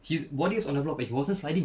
his body was on the floor but he wasn't sliding